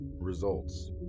Results